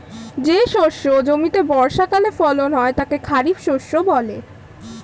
যে শস্য জমিতে বর্ষাকালে ফলন হয় তাকে খরিফ বলে